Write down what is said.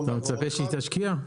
אתה מצפה שהיא תשקיע?